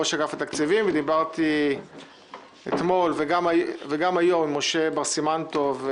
ראש אגף התקציבים ודיברתי אתמול וגם היום עם משה בר-סימנטוב,